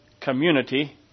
community